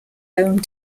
home